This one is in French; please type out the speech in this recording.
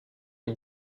est